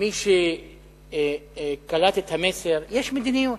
למי שקלט את המסר, יש מדיניות.